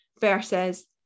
versus